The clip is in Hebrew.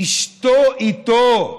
אשתו איתו,